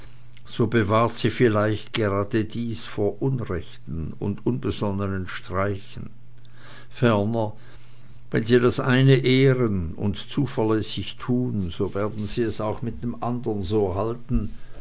so bewahrt sie vielleicht gerade dies vor unrechten und unbesonnenen streichen ferner wenn sie das eine ehren und zuverlässig tun so werden sie es auch mit dem andern so halten